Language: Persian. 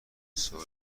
صلح